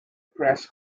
press